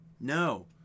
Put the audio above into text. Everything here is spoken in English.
no